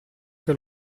che